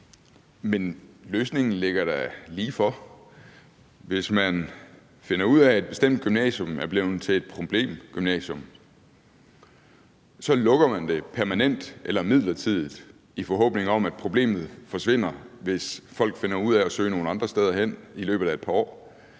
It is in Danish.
Men løsningen ligger da ligefor: Hvis man finder ud af, at et bestemt gymnasium er blevet til et problemgymnasium, så lukker man det permanent – eller midlertidigt, i forhåbning om at problemet forsvinder, hvis folk finder ud af at søge nogle andre steder hen i løbet af et par år,